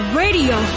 radio